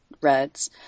reds